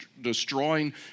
destroying